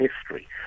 history